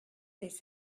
les